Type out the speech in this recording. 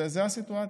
זו הסיטואציה.